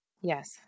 Yes